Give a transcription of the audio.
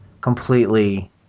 completely